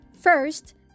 First